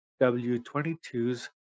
W22's